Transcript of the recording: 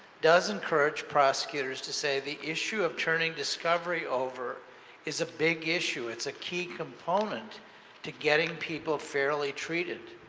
does encourage prosecutors to say the issue of turning discovery over is a big issue, it's a key component to getting people fairly treated.